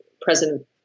president